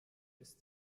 ist